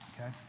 okay